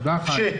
תודה, חיים.